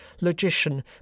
logician